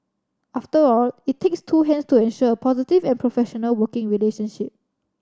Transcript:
after all it takes two hands to ensure positive and professional working relationship